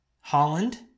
Holland